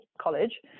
college